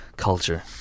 culture